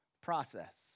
process